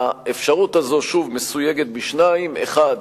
האפשרות הזאת מסויגת בשניים: האחד,